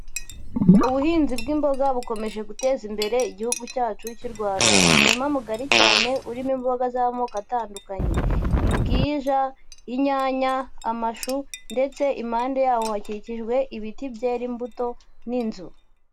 Ubuhinzi bw'imboga bukomeje guteza imbere igihugu cyacu cy'u Rwanda. Umurima mugari cyane urimo imboga z'amoko atandukanye. Imbwija, inyanya, amashu ndetse impande yawo hakikijwe ibiti byera imbuto n'inzu.